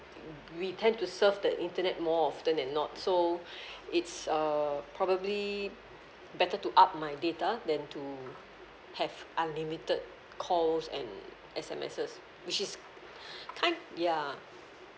we tend to serve the internet more often than not so it's err probably better to up my data then to have unlimited calls and S_M_Ses which is kind ya